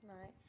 Right